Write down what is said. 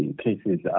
cases